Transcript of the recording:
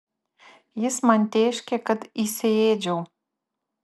jis man tėškė kad įsiėdžiau